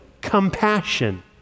compassion